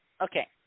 Okay